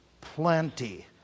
plenty